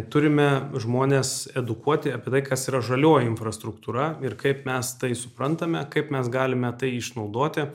turime žmones edukuoti apie tai kas yra žalioji infrastruktūra ir kaip mes tai suprantame kaip mes galime tai išnaudoti